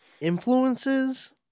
influences